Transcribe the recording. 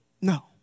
No